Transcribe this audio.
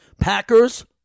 Packers